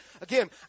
Again